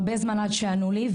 חיכיתי הרבה זמן עד שענו לי,